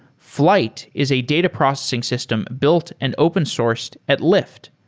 flyte is a data processing system built and open-sourced at lyft.